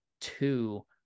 two